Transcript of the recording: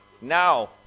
now